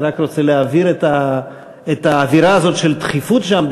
אני רק רוצה להבהיר את האווירה הזאת של דחיפות שם,